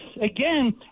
again